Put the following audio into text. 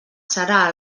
serà